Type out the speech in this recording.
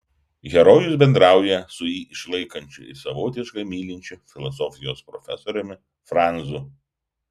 herojus bendrauja su jį išlaikančiu ir savotiškai mylinčiu filosofijos profesoriumi franzu